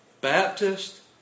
Baptist